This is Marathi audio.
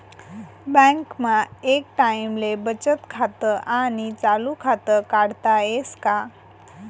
बँकमा एक टाईमले बचत खातं आणि चालू खातं काढता येस का?